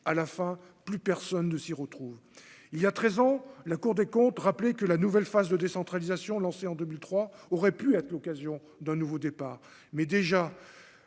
à la fin, plus personne ne s'y retrouve, il y a 13 ans, la Cour des comptes, rappeler que la nouvelle phase de décentralisation lancée en 2003, aurait pu être l'occasion d'un nouveau départ,